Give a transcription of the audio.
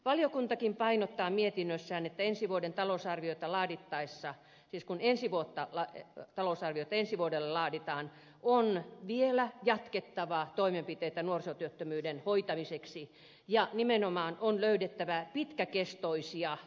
valiokuntakin painottaa mietinnössään että kun talousarviota laadittaessa kiskon ensi vuotta olla että talousarvio ensi vuodelle laaditaan on vielä jatkettava toimenpiteitä nuorisotyöttömyyden hoitamiseksi ja on nimenomaan löydettävä pitkäkestoisia toimia